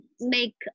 make